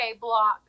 block